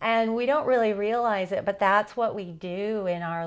and we don't really realize it but that's what we do in our